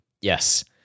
yes